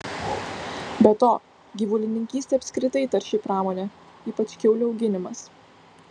be to gyvulininkystė apskritai tarši pramonė ypač kiaulių auginimas